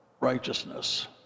righteousness